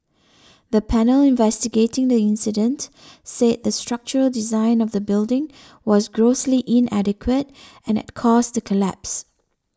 the panel investigating the incident said the structural design of the building was grossly inadequate and had caused the collapse